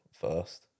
first